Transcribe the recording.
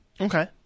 Okay